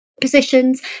Positions